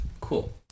cool